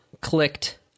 clicked